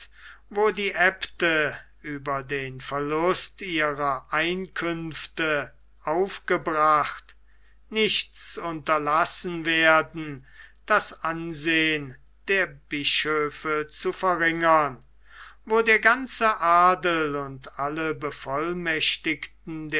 wo die aebte über den verlust ihrer einkünfte aufgebracht nichts unterlassen werden das ansehen der bischöfe zu verringern wo der ganze adel und alle bevollmächtigten